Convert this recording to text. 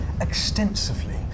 extensively